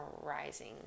rising